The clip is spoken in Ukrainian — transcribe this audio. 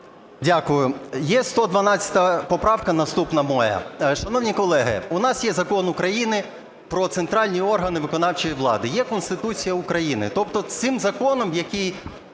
Дякую. Є 112 поправка наступна моя. Шановні колеги, у нас є Закон України про центральні органи виконавчої влади, є Конституція України. Тобто цим законом, який